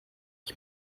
ich